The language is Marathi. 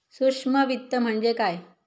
सूक्ष्म वित्त म्हणजे काय?